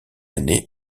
année